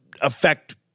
affect